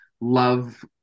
love